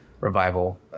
revival